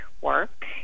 work